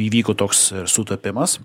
įvyko toks sutapimas